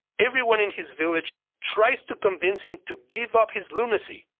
everyone in his village tries to convince him to give up his lunacy,